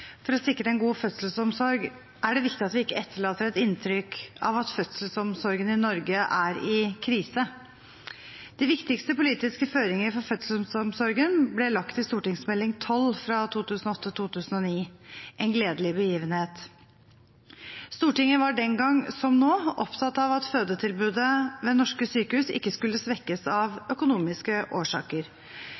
for å sikre en god fødselsomsorg, er det viktig at vi ikke etterlater et inntrykk av at fødselsomsorgen i Norge er i krise. De viktigste politiske føringer for fødselsomsorgen ble lagt i St.meld. nr. 12 for 2008–2009, En gledelig begivenhet. Stortinget var den gang som nå opptatt av at fødetilbudet ved norske sykehus ikke skulle svekkes av økonomiske årsaker.